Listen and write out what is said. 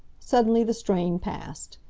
suddenly the strain passed.